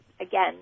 again